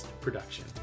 production